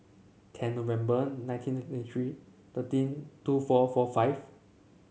ten November nineteen ninety three thirteen two four four five